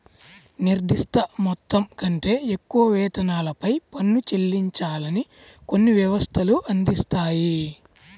నిర్దిష్ట మొత్తం కంటే ఎక్కువ వేతనాలపై పన్ను చెల్లించాలని కొన్ని వ్యవస్థలు అందిస్తాయి